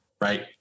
right